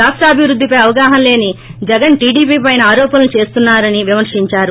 రాష్టాభివృద్దిపై అవగాహన లేని జగన్ టీడిపి పైన ఆరోపణలు చోస్తున్నారని విమర్శించారు